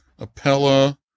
appella